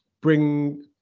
bring –